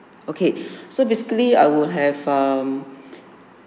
okay so basically I would have um